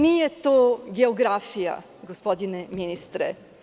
Nije to geografija, gospodine ministre.